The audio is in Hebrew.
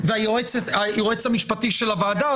והיועץ המשפטי של הוועדה,